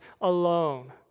alone